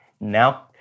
now